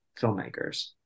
filmmakers